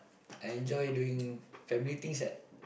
I enjoy doing family things ah